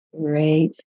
Great